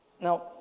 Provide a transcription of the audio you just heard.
Now